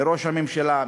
מראש הממשלה,